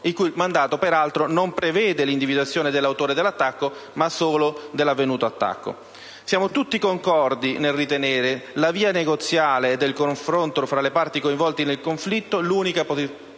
cui mandato peraltro non prevede l'individuazione dell'autore dell'attacco, ma solo dell'avvenuto attacco. Siamo tutti concordi nel ritenere la via negoziale e del confronto fra le parti coinvolte nel conflitto l'unica possibile